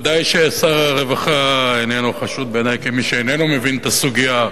ודאי ששר הרווחה איננו חשוד בעיני כמי שאיננו מבין את הסוגיה,